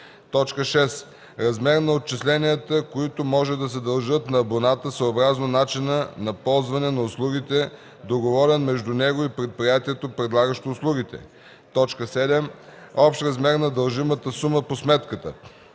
6. размер на отчисленията, които може да се дължат на абоната, съобразно начина на ползване на услугите, договорен между него и предприятието, предлагащо услугите; 7. общ размер на дължимата сума по сметката;